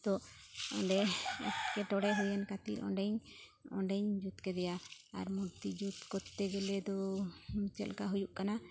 ᱛᱚ ᱚᱸᱰᱮ ᱮᱴᱠᱮᱴᱚᱬᱮ ᱦᱩᱭᱮᱱ ᱠᱷᱟᱛᱤᱨ ᱚᱸᱰᱮᱧ ᱚᱸᱰᱮᱧ ᱡᱩᱛ ᱠᱮᱫᱮᱭᱟ ᱟᱨ ᱢᱩᱨᱛᱤ ᱡᱩᱛ ᱠᱚᱨᱛᱮ ᱜᱮᱞᱮ ᱫᱚ ᱪᱮᱫ ᱞᱮᱠᱟ ᱦᱩᱭᱩᱜ ᱠᱟᱱᱟ